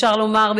אפשר לומר,